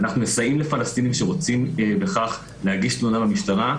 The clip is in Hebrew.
אנחנו מסייעים לפלסטינים שרוצים בכך להגיש תלונה במשטרה,